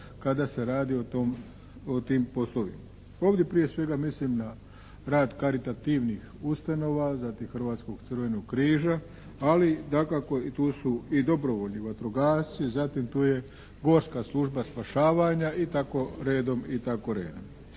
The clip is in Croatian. kada se radi o tim poslovima. Ovdje prije svega mislim na rad caritativnih ustanova, zatim Hrvatskog crvenog križa ali dakako tu su i Dobrovoljni vatrogasci zatim tu je Gorska služba spašavanja i tako redom. O čemu